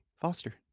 foster